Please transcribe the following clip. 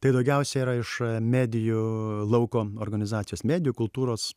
tai daugiausia yra iš medijų lauko organizacijos medijų kultūros